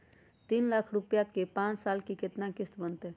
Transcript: तीन लाख रुपया के पाँच साल के केतना किस्त बनतै?